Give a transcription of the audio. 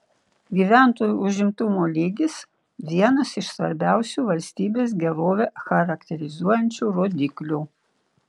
gyventojų užimtumo lygis vienas iš svarbiausių valstybės gerovę charakterizuojančių rodiklių